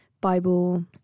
Bible